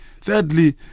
Thirdly